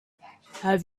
have